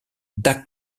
dark